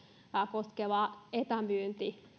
koskeva etämyynti